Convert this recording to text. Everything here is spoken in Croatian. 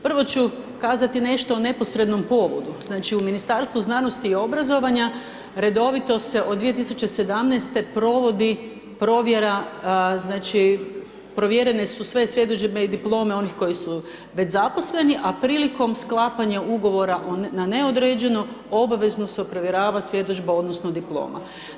Prvo ću kazati nešto o neposrednom povodu, znači u Ministarstvu znanosti i obrazovanja redovito se od 2017. provodi provjera znači provjerene su sve svjedodžbe i diplome onih koji su već zaposleni, a prilikom sklapanja ugovora na neodređeno obavezno se provjerava svjedodžba odnosno diploma.